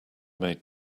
made